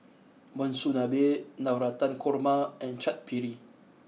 Monsunabe Navratan Korma and Chaat Papri